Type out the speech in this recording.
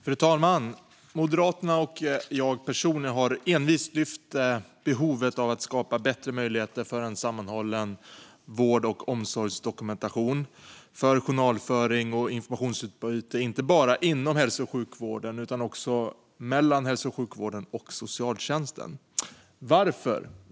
Fru talman! Moderaterna och jag personligen har envist lyft behovet av att skapa bättre möjligheter för en sammanhållen vård och omsorgsdokumentation för journalföring och informationsutbyte, inte bara inom hälso och sjukvården utan också mellan hälso och sjukvården och socialtjänsten. Varför?